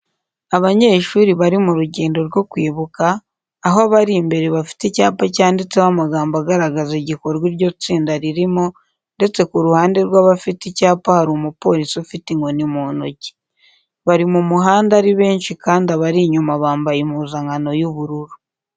Abanyeshuri bari mu rugendo rwo kwibuka, aho abari imbere bafite icyapa cyanditseho amagambo agaragaza igikorwa iryo tsinda ririmo ndetse ku ruhande rw'abafite icyapa hari umupolisi ufite inkoni mu ntoki. Bari mu muhanda ari benshi kandi abari inyuma bambaye impuzankano y'ubururu.